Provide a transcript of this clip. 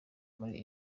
muri